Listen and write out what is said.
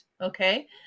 Okay